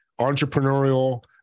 entrepreneurial